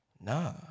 Nah